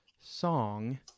song